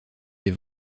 des